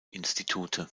institute